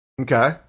Okay